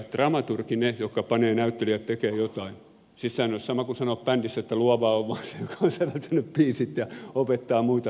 siis sehän olisi sama kuin se että sanoisi että bändissä luova on vain se joka on säveltänyt biisit ja hän opettaa muita soittamaan